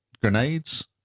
grenades